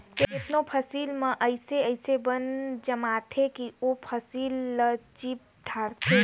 केतनो फसिल में अइसे अइसे बन जामथें कि ओ फसिल ल चीप धारथे